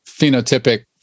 phenotypic